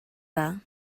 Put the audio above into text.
dda